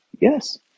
Yes